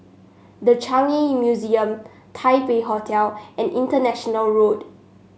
The Changi Museum Taipei Hotel and International Road